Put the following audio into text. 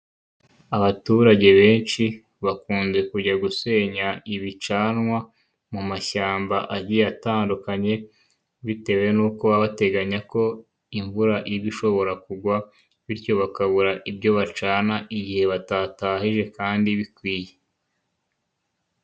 Abaturage benshi, bakunze kujya gusenya ibicanwa, mu mashyamba agiye atandukanye, bitewe nuko baba bateganya ko imvura iba ishobora kugwa, bityo bakabura ibyo bacana, igihe batatahije kandi biba bikwiye.